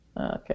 Okay